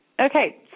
Okay